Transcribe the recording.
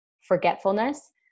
forgetfulness